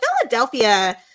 Philadelphia